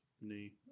knee